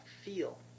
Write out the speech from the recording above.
feel